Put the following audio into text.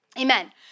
Amen